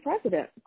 president